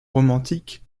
romantique